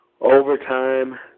Overtime